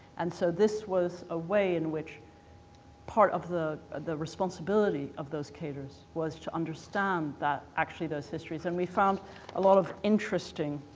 and so this was a way in which part of the the responsibility of those cadres was to understand that actually those histories and we found a lot of interesting